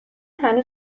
هنوز